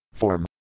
form